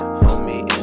homie